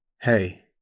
hey